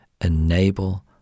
enable